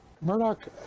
Murdoch